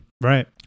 Right